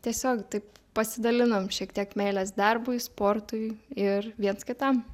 tiesiog taip pasidalinam šiek tiek meilės darbui sportui ir viens kitam